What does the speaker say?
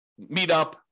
meetup